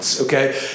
Okay